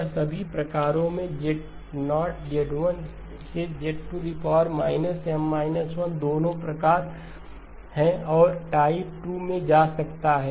यह सभी प्रकारों में z0 z1 से z दोनों प्रकार 1 और टाइप 2 में जा सकता है